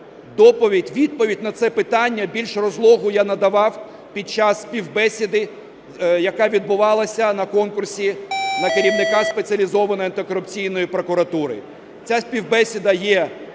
Відповідь на це питання більш розлогу я надавав під час співбесіди, яка відбувалася на конкурсі на керівника Спеціалізованої антикорупційної прокуратури. Ця співбесіда є